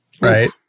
Right